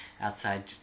outside